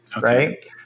Right